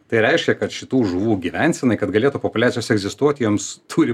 tai reiškia kad šitų žuvų gyvensenai kad galėtų populiacijos egzistuoti joms turi